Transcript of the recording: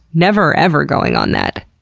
never, ever going on that.